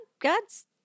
God's